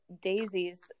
daisies